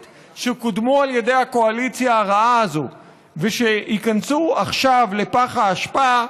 שקודמו על ידי הקואליציה הרעה הזאת וייכנסו עכשיו לפח האשפה.